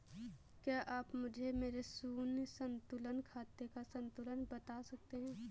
क्या आप मुझे मेरे शून्य संतुलन खाते का संतुलन बता सकते हैं?